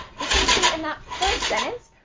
we can see in that first sentence,